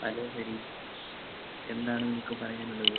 hello Hari എന്താണ് നിങ്ങൾക്ക് പറയാനുള്ളത്